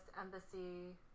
Embassy